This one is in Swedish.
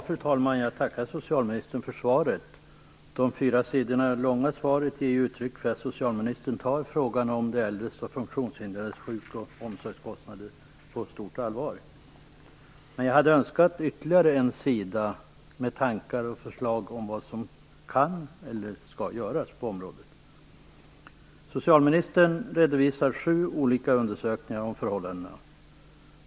Fru talman! Jag tackar socialministern för svaret. Det fyra sidor långa svaret ger uttryck för att socialministern tar frågan om de äldres och funktionshindrades sjuk och omsorgskostnader på stort allvar, men jag hade önskat ytterligare en sida med tankar och förslag om vad som kan eller skall göras på området. Socialministern redovisar sju olika undersökningar om förhållandena.